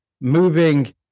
moving